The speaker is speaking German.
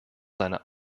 seine